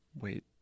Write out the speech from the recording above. Wait